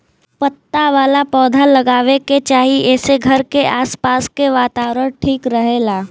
पत्ता वाला पौधा लगावे के चाही एसे घर के आस पास के वातावरण ठीक रहेला